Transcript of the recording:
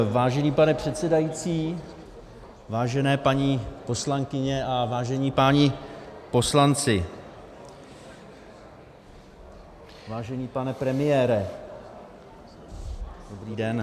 Vážený pane předsedající, vážené paní poslankyně a vážení páni poslanci, vážený pane premiére, dobrý den.